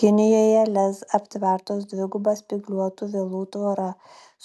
kinijoje lez aptvertos dviguba spygliuotų vielų tvora